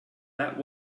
that